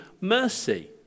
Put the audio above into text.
mercy